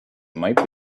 might